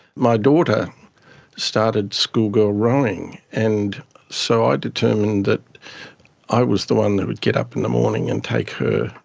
my daughter started school girl rowing, and so i determined that i was the one that would get up in the morning and take her.